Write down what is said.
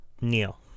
Neil